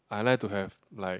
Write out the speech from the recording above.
I like to have like